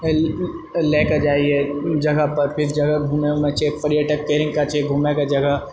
लएके जाइए जगह पर फिर जगह घुमए वुमए छै पर्यटकके नीक काज छै घुमएके जगह